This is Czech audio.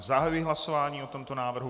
Zahajuji hlasování o tomto návrhu.